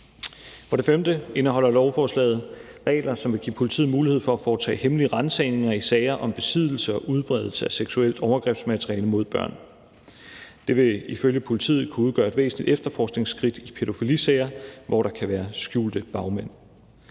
For det femte indeholder lovforslaget regler, som vil give politiet mulighed for at foretage hemmelige ransagninger i sager om besiddelse og udbredelse af seksuelt overgrebsmateriale mod børn. Det vil ifølge politiet kunne udgøre et væsentligt efterforskningsskridt i pædofilisager, hvor der kan være skjulte bagmænd.